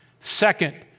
Second